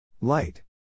light